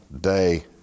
day